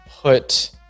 put